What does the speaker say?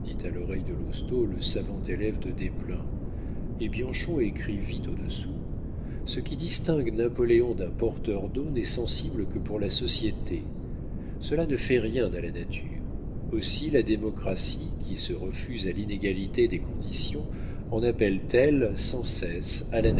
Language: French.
à l'oreille de lousteau le savant élève de desplein et bianchon écrivit au-dessous ce qui distingue napoléon d'un porteur d'eau n'est sensible que pour la société cela ne fait rien à la nature aussi la démocratie qui se refuse à l'inégalité des conditions en appelle t elle sans cesse à la